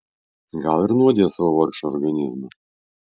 gal ir nuodija savo vargšą organizmą